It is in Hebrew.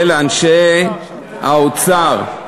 ולאנשי האוצר,